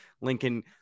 Lincoln